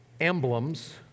emblems